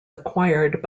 acquired